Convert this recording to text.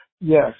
Yes